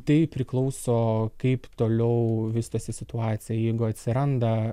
tai priklauso kaip toliau vystosi situacija jeigu atsiranda